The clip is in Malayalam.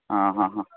ആ ഹാ ഹാ